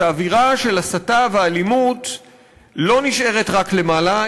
שאווירה של הסתה ואלימות לא נשארת רק למעלה,